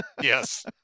Yes